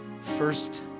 first